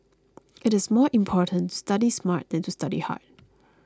it is more important to study smart than to study hard